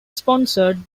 sponsored